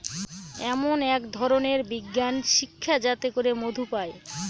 এমন এক ধরনের বিজ্ঞান শিক্ষা যাতে করে মধু পায়